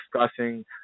discussing